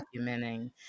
documenting